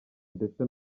ndetse